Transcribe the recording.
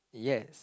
yes